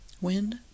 Wind